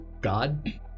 God